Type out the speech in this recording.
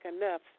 enough